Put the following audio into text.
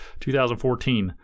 2014